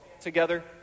together